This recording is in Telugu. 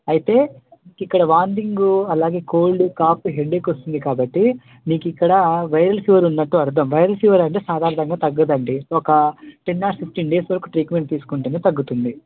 అయితే ఇక్కడ వాంటింగ్ అలాగే కోల్డ్ కఫ్ హెడేక్ వస్తుంది కాబట్టి మీకు ఇక్కడ వైరల్ ఫీవర్ ఉన్నట్టు అర్థం వైరల్ ఫీవర్ అంటే సాధారణంగా తగ్గదండి ఒక టెన్ ఆర్ ఫిఫ్టీన్ డేస్ వరకు ట్రీట్మెంట్ తీసుకుంటేనే తగ్గుతుంది